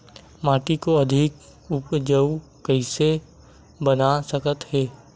माटी को अधिक उपजाऊ कइसे बना सकत हे?